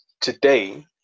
today